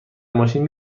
ماشین